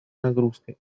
нагрузка